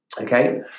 Okay